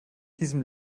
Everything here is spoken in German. diesem